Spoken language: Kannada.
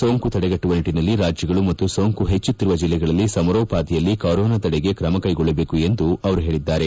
ಸೋಂಕು ತಡೆಗಟ್ಟವ ನಿಟ್ಟನಲ್ಲಿ ರಾಜ್ಯಗಳು ಮತ್ತು ಸೋಂಕು ಪೆಚ್ಚುತ್ತಿರುವ ಜಿಲ್ಲೆಗಳಲ್ಲಿ ಸಮರೋಪಾದಿಯಲ್ಲಿ ಕೊರೋನಾ ತಡೆಗೆ ಕ್ರಮಕೈಗೊಳ್ಳಬೇಕು ಎಂದು ಅವರು ಹೇಳಿದ್ದಾರೆ